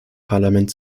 parlament